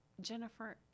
Jennifer